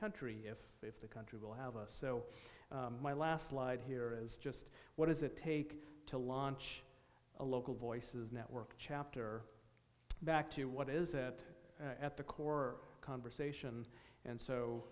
country if if the country will have a so my last light here is just what does it take to launch a local voices network chapter back to what is it at the core conversation and so